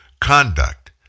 conduct